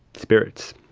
spirits.